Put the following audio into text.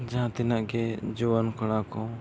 ᱡᱟᱦᱟᱸ ᱛᱤᱱᱟᱹᱜ ᱜᱮ ᱡᱩᱣᱟᱹᱱ ᱠᱚᱲᱟ ᱠᱚ